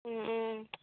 ꯎꯝ ꯎꯝ